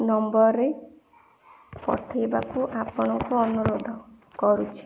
ନମ୍ବର୍ରେ ପଠେଇବାକୁ ଆପଣଙ୍କୁ ଅନୁରୋଧ କରୁଛି